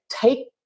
take